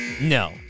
no